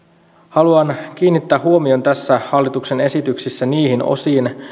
haluan kiinnittää huomion tässä hallituksen esityksessä niihin osiin